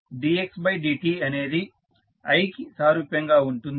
dx dt అనేది i కి సారూప్యంగా ఉంటుంది